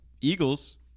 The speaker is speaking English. Eagles